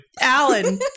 Alan